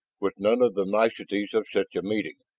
with none of the niceties of such a meeting.